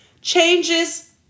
changes